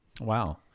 Wow